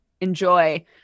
Enjoy